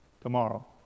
tomorrow